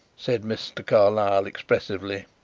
said mr. carlyle expressively.